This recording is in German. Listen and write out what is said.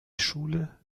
schule